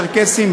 צ'רקסים,